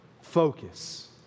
focus